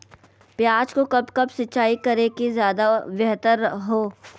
प्याज को कब कब सिंचाई करे कि ज्यादा व्यहतर हहो?